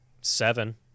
seven